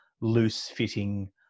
loose-fitting